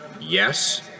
yes